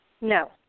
No